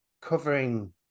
covering